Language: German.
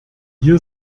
hier